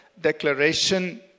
declaration